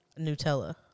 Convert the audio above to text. Nutella